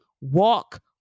walk